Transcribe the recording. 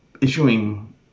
issuing